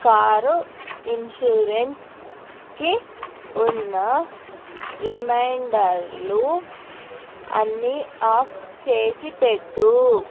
car ఇన్సూరెన్స్కి ఉన్న రిమైండర్లు అన్నీ ఆఫ్ చేసిపెట్టు